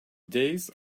days